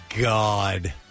God